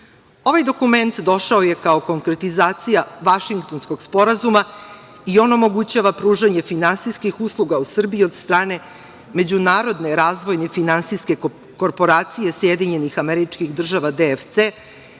Ovaj dokument došao je kao konkretizacija Vašingtonskog sporazuma i on omogućava pružanje finansijskih usluga u Srbiji od strane međunarodne razvojne finansijske korporacije SAD DFC, koja je